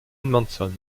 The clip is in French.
manson